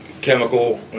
chemical